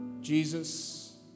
Jesus